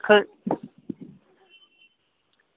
ख